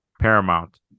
paramount